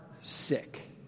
sick